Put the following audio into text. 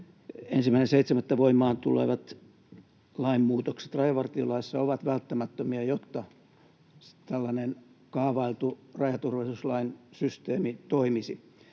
1.7. voimaan tulevat lainmuutokset rajavartiolaissa ovat välttämättömiä, jotta tällainen kaavailtu rajaturvallisuuslain systeemi toimisi.